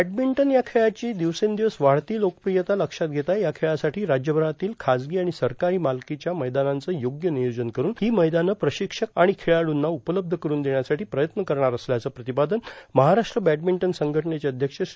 badminton या खेळाची दिवसेंदिवस वाढती लोकप्रियता लक्षात घेता या खेळासाठी राज्यभरातील खाजगी आणि सरकारी मालकीच्या मैदानांचं योग्य नियोजन करून ही मैदानं प्रशिक्षक आणि खेळाइंना उपलब्ध करून देण्यासाठी प्रयत्न करणार असल्याचं प्रतिपादन महाराष्ट्र बॅडमिंटन संघटनेचे अध्यक्ष श्री